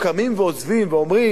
אם היו קמים ועוזבים ואומרים,